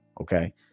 Okay